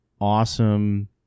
awesome